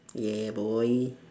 yeah boy